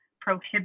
prohibit